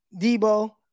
Debo